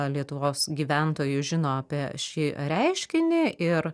lietuvos gyventojų žino apie šį reiškinį ir